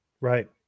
Right